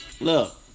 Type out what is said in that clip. look